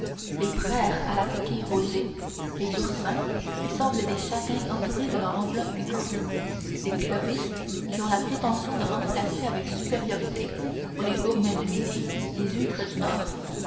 les prayres à la coquille rosée les oursins qui semblent des châtaignes entourées de leur enveloppe piquante les clovisses qui ont la prétention de remplacer avec supériorité pour les gourmets du midi les huîtres du nord